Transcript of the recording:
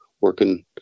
working